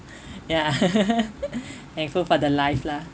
ya thankful for the life lah